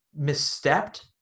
misstepped